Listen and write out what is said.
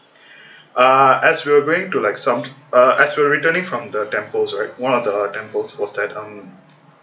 uh as we're going to like some uh as we're returning from the temples right one of the temples was that um